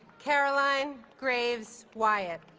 caroline graves wyatt